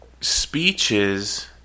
speeches